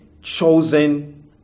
Chosen